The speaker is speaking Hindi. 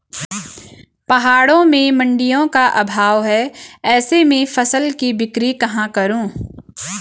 पहाड़ों में मडिंयों का अभाव है ऐसे में फसल की बिक्री कहाँ करूँ?